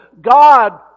God